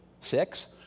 Six